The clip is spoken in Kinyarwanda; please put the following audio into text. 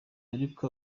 ariko